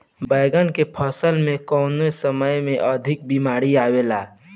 बैगन के फसल में कवने समय में अधिक बीमारी आवेला?